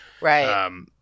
Right